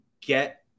get